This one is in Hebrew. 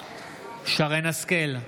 שרן מרים השכל,